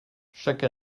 chaque